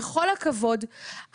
בכל הכבוד,